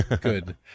Good